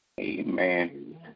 Amen